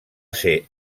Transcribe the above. ser